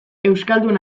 euskaldun